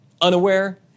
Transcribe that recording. unaware